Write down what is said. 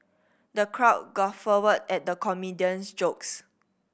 the crowd guffawed at the comedian's jokes